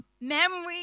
memories